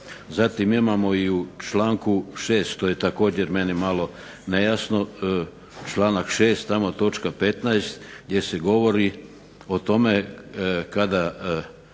Zatim imamo i u članku 6. što je također meni malo nejasno, članak 6. tamo točka 15. gdje se govori o tome kada